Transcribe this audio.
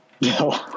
No